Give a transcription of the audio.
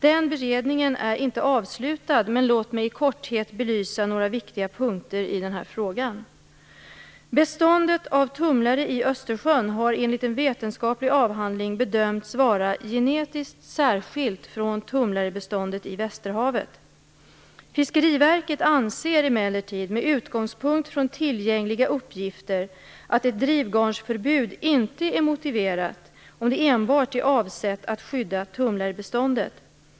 Den beredningen är inte avslutad, men låt mig i korthet belysa några viktiga punkter i den här frågan. Beståndet av tumlare i Östersjön har enligt en vetenskaplig avhandling bedömts vara genetiskt särskilt från tumlarebeståndet i Västerhavet. Fiskeriverket anser emellertid, med utgångspunkt från tillgängliga uppgifter, att ett drivgarnsförbud inte är motiverat om det enbart är avsett att skydda tumlarebeståndet.